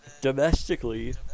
domestically